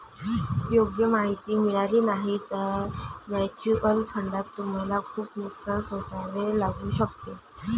योग्य माहिती मिळाली नाही तर म्युच्युअल फंडात तुम्हाला खूप नुकसान सोसावे लागू शकते